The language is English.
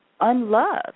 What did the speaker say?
unloved